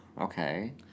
Okay